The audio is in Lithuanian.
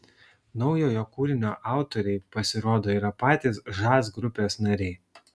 naujojo kūrinio autoriai pasirodo yra patys žas grupės nariai